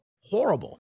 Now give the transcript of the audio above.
horrible